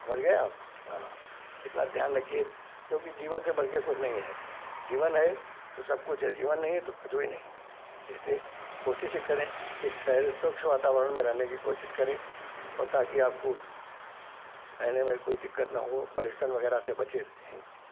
समझ गए आप हाँ इतना ध्यान रखिए आप क्योंकि जीवन से बढ़कर कुछ नहीं है जीवन है तो सब कुछ है जीवन नहीं है तो कुछ नहीं है इसलिए कोशिश ये करें कि शहर से स्वच्छ वातावरण में रहने की कोशिश करें और ताकि आपको रहने में कोई दिक्कत ना हो पोल्यूशन वगैरह से बचे रहें